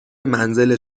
منزل